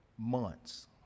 months